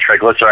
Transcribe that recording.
triglycerides